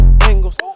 angles